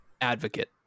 advocate